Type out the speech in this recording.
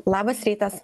labas rytas